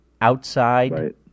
outside